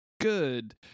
good